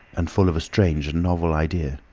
and full of a strange and novel idea.